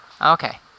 Okay